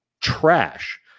trash